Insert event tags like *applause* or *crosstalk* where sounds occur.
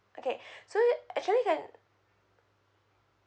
okay *breath* so actually can